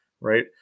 right